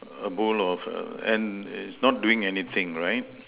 a bowl of err and it's not doing anything right